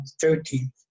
thirteen